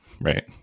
Right